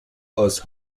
aus